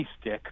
stick